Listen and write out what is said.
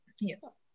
yes